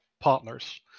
partners